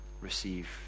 receive